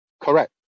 correct